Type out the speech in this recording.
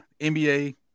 nba